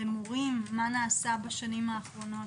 למורים מה נעשה בשנים האחרונות,